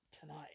tonight